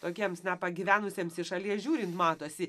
tokiems na pagyvenusiems iš šalies žiūrin matosi